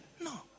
no